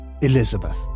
Elizabeth